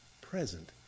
present